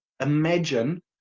Imagine